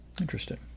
interesting